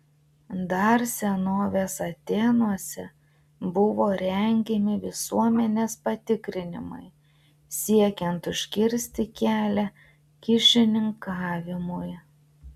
dar senovės atėnuose buvo rengiami visuomenės patikrinimai siekiant užkirsti kelią kyšininkavimui